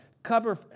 Cover